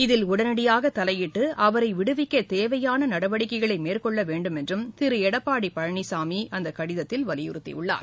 இதில் உடனடியாகதலையிட்டு அவரைவிடுவிக்கதேவையானநடவடிக்கைகளைமேற்கொள்ளவேண்டுமென்றும் திருளடப்பாடிபழனிசாமிஅந்தகடிதத்தில் வலியுறுத்தியுள்ளார்